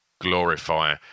glorify